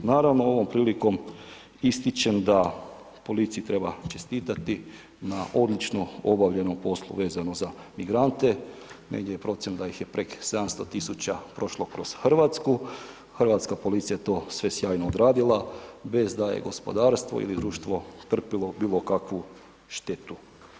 Naravno, ovom prilikom ističem da policiji treba čestitati na odlično obavljenom poslu vezano za migrante, negdje je procjena da ih je preko 700 000 prošlo kroz RH, hrvatska policija to sve sjajno odradila bez da je gospodarstvo ili društvo trpilo bilo kakvu štetu.